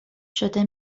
شده